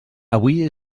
avui